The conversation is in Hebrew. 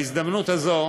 בהזדמנות הזאת